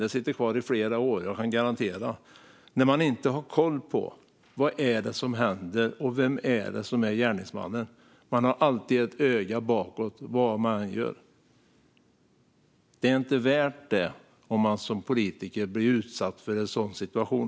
Jag kan garantera att det sitter kvar i flera år när man inte har koll på vad som händer och vem som är gärningsman. Vad man än gör har man alltid ett öga bakåt. Det är inte värt detta om man som politiker blir utsatt för en sådan situation.